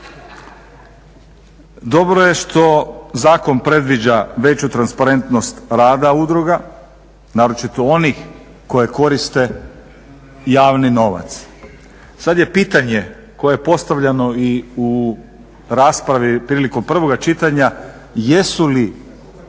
Dobro je što zakon predviđa veću transparentnost rada udruga naročito onih koje koriste javni novac. Sada je pitanje koje je postavljeno i u raspravi prilikom prvoga čitanja, jesu li